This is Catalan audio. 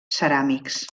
ceràmics